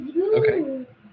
Okay